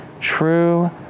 true